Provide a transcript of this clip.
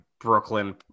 brooklyn